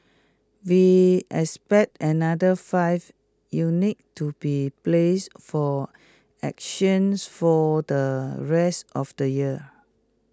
we expect another five units to be placed for auctions for the rest of the year